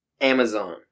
Amazon